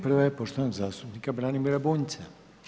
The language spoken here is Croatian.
Prva je poštovanog zastupnika Branimira Bunjca.